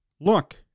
Look